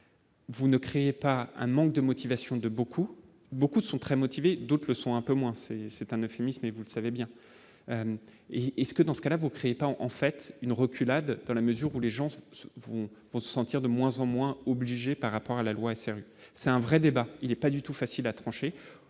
Vous ne craignez pas un manque de motivations de beaucoup, beaucoup sont très motivés, d'autres le sont un peu moins c'est c'est un euphémisme, et vous le savez bien, et est-ce que dans ce cas-là, vous créez pas en fait une reculade, dans la mesure où les gens se font sentir de moins en moins obligé par rapport à la loi SRU, c'est un vrai débat, il n'est pas du tout facile à trancher,